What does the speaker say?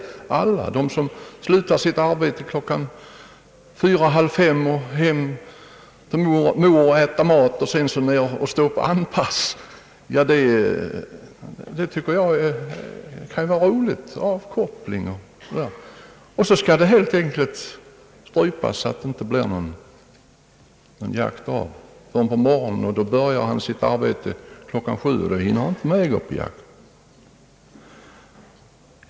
Det finns människor som slutar sitt arbete klockan fyra eller halv fem och då skall hem och äta men sedan vill stå på andpass; det kan vara en rolig avkoppling. Nu skall den möjligheten helt enkelt strypas så att det inte blir någon jakt av förrän på morgonen, då de börjar sitt arbete klockan sju och inte hinner med någon jakt.